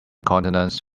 continents